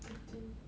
thirteen